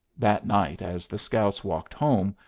that night as the scouts walked home,